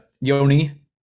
Yoni